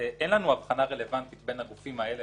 אין לנו הבחנה רלוונטית בין הגופים האלה